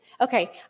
Okay